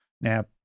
Now